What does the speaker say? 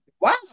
wow